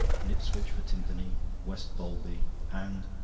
knipswich for timpany, west bowlby, and,